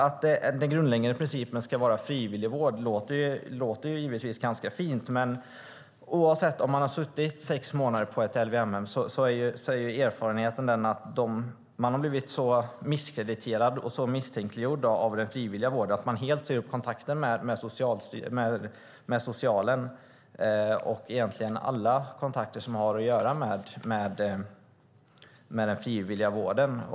Att den grundläggande principen ska vara frivillig vård låter givetvis ganska fint, men om man har suttit sex månader på ett LVM-hem är erfarenheten att man har blivit så misskrediterad och misstänkliggjord av den frivilliga vården att man helt säger upp kontakten med socialen och egentligen alla kontakter som har att göra med den frivilliga vården.